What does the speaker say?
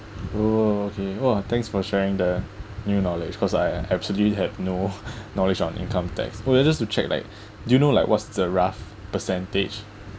oh okay !wah! thanks for sharing the new knowledge cause I absolutely have no knowledge on income tax but I want to just to check like do you know like what's the rough percentage